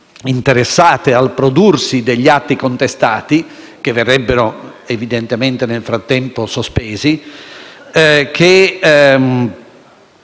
interessati al prodursi degli atti contestati e che verrebbero evidentemente nel frattempo sospesi) e